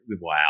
wow